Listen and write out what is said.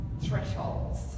thresholds